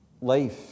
life